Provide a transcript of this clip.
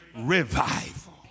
revival